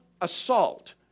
assault